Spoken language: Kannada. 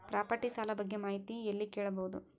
ಪ್ರಾಪರ್ಟಿ ಸಾಲ ಬಗ್ಗೆ ಮಾಹಿತಿ ಎಲ್ಲ ಕೇಳಬಹುದು?